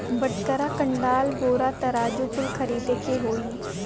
बटखरा, कंडाल, बोरा, तराजू कुल खरीदे के होई